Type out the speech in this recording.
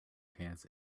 pants